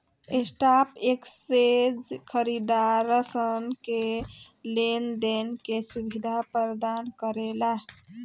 stock exchange खरीदारसन के लेन देन के सुबिधा परदान करेला